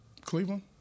Cleveland